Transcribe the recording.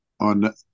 on